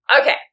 Okay